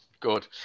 good